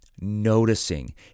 noticing